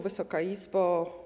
Wysoka Izbo!